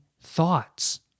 thoughts